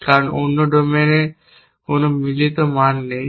কারণ অন্য ডোমেনে কোনও মিলিত মান নেই